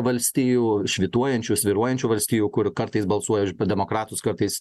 valstijų švytuojančių svyruojančių valstijų kur kartais balsuoja už demokratus kartais